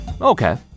Okay